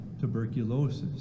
tuberculosis